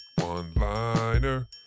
one-liner